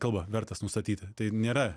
kalba vertas nustatytu tai nėra